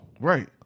Right